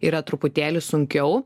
yra truputėlį sunkiau